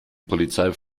polizei